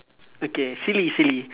okay silly silly